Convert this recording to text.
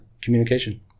communication